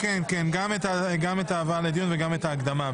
גם על ההבאה לדיון וגם על ההקדמה.